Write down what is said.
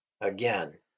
Again